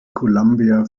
columbia